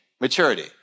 maturity